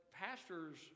pastors